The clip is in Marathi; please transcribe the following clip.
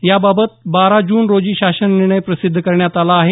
या बाबत बारा जून रोजी शासन निर्णय प्रसिद्ध करण्यात आला आहे